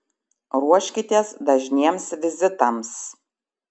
ruoškitės dažniems vizitams